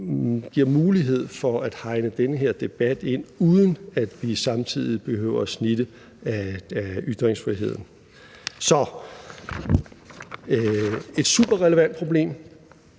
giver mulighed for at hegne den her debat ind, uden at vi samtidig behøver snitte noget af ytringsfriheden. Det er et superrelevant problem.